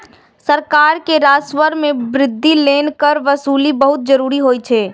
सरकार के राजस्व मे वृद्धि लेल कर वसूली बहुत जरूरी होइ छै